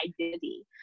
identity